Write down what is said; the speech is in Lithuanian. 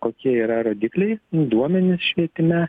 kokie yra rodikliai nu duomenys švietime